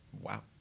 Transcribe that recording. wow